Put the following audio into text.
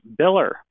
biller